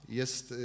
jest